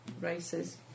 races